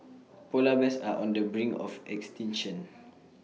Polar Bears are on the brink of extinction